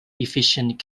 efficient